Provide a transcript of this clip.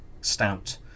stout